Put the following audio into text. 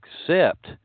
accept